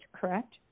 correct